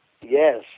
Yes